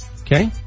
Okay